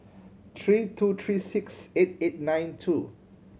three two three six eight eight nine two